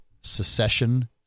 secession